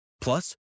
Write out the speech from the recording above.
Plus